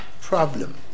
problem